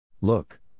Look